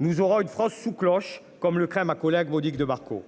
nous aurons une France sous cloche comme le craint ma collègue Monique de Marco